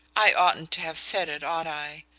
i oughtn't to have said it, ought i?